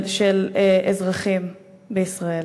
של אזרחים בישראל.